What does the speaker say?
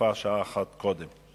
ויפה שעה אחת קודם.